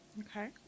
Okay